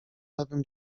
lewym